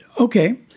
Okay